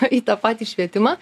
į tą patį švietimą